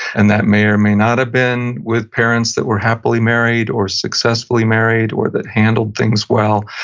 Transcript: and that may or may not have been with parents that were happily married, or successfully married, or that handled things well,